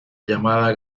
llamada